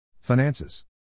Finances